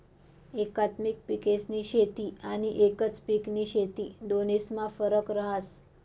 एकात्मिक पिकेस्नी शेती आनी एकच पिकनी शेती दोन्हीस्मा फरक रहास